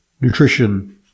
Nutrition